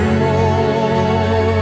more